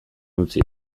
utzi